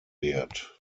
wird